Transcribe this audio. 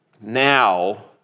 now